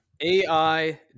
AI